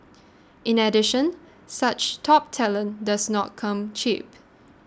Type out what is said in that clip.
in addition such top talent does not come cheap